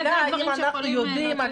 דעו לכם, העלויות הן מאוד כבדות.